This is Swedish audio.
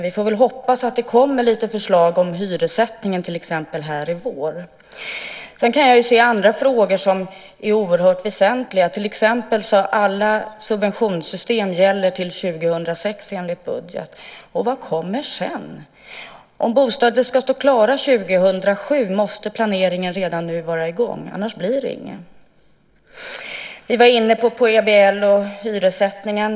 Vi får väl hoppas att det kommer lite förslag till exempel om hyressättningen nu i vår. Jag kan också se andra frågor som är oerhört väsentliga. Till exempel gäller alla subventionssystemen till 2006 enligt budgeten. Vad kommer sedan? Om bostäder ska stå klara 2007 måste planeringen vara i gång redan nu, annars blir det inget. Vi var inne på PBL och hyressättningen.